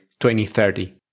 2030